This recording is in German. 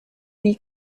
die